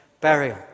burial